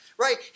Right